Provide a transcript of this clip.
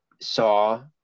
saw